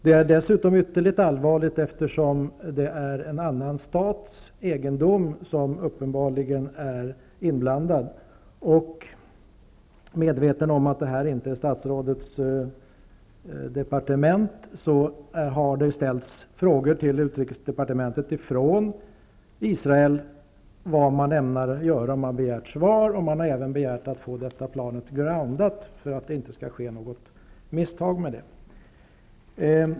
Det är dessutom ytterligt allvarligt, eftersom uppenbarligen en annan stats egendom är inblandad. Jag är medveten om att detta inte tillhör statsrådets departement, men Israel har ställt frågor till utrikesdepartementet om vad man ämnar göra. Man har begärt svar, och man har även begärt att få detta plan ''groundat'' för att det inte skall ske något misstag med det.